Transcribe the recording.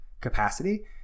capacity